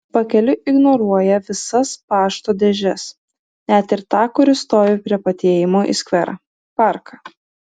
pakeliui ignoruoja visas pašto dėžes net ir tą kuri stovi prie pat įėjimo į skverą parką